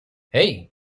hey